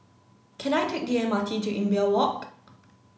can I take the M R T to Imbiah Walk